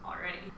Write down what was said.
already